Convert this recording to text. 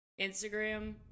Instagram